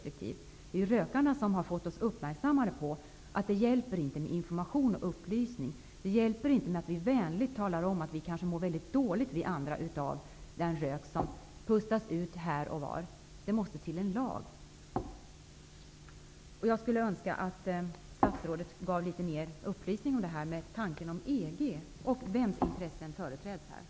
Det är rökarna som har fått oss uppmärksammade på att det inte hjälper med information och upplysning, att det inte hjälper att vänligt tala om att man kanske mår väldigt dåligt av den rök som pustas ut här och var, och att en lag måste stiftas. Jag önskar att statsrådet lämnar litet mer upplysning om det här med EG och vems intressen som här företräds.